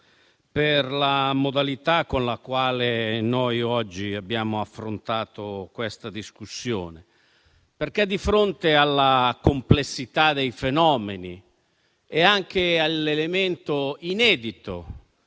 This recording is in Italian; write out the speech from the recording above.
per la modalità con la quale oggi abbiamo affrontato la discussione. Di fronte alla complessità dei fenomeni e anche all'elemento inedito